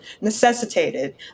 necessitated